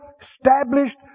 established